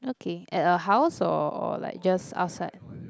okay at a house or like just outside